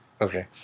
Okay